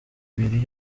ibiri